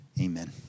Amen